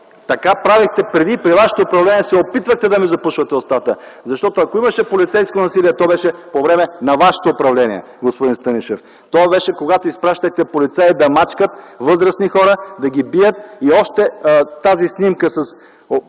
Така правихте преди! При вашето управление се опитвахте да ми запушвате устата. Защото, ако имаше полицейско насилие, то беше по време на Вашето управление, господин Станишев. То беше, когато изпращахте полицаи да мачкат възрастни хора, да ги бият. И още: снимката